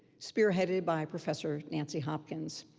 spearheaded by professor nancy hopkins,